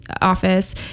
office